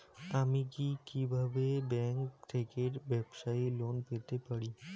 আমি কি কিভাবে ব্যাংক থেকে ব্যবসায়ী লোন পেতে পারি?